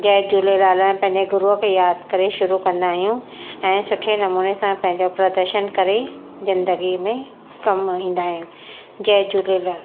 जय झूलेलाल पंहिंजे गुरू खे यादि करे शुरू कंदा आहियूं ऐं सुठे नमूने सां पंहिंजो प्रदर्शन करे ज़िंदगी में कम ईंदा आहिनि जय झूलेलाल